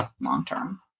long-term